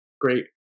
great